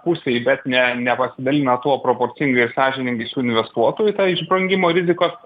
pusei bet ne nepasidalina tuo proporcingai ir sąžiningai su investuotoju iš brangimo rizikos